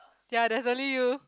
ya that's only you